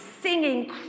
singing